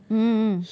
mm mm